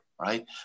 right